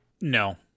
No